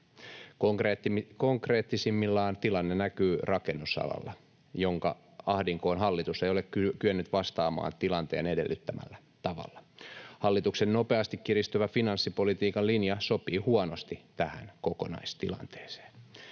Konkreettisimmillaan tilanne näkyy rakennusalalla, jonka ahdinkoon hallitus ei ole kyennyt vastaamaan tilanteen edellyttämällä tavalla. Hallituksen nopeasti kiristyvä finanssipolitiikan linja sopii huonosti tähän kokonaistilanteeseen.